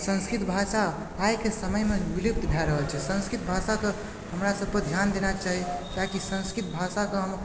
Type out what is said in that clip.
संस्कृत भाषा आइके समयमे विलुप्त भए रहल छै संस्कृत भाषाकऽ हमरा सभपर ध्यान देना चाही ताकि संस्कृत भाषाके हम